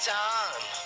time